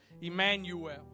Emmanuel